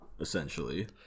Essentially